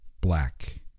black